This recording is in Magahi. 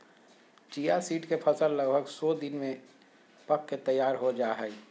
चिया सीड्स के फसल लगभग सो दिन में पक के तैयार हो जाय हइ